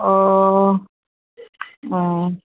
অঁ অঁ